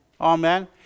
amen